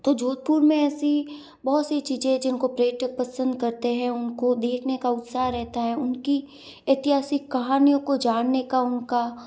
तो जोधपुर में ऐसी बहुत सी चीज़ें है जिनको पर्यटक पसंद करते हैं उनको देखने का उत्साह रहता है उनकी ऐतिहासिक कहानियों को जानने का उनका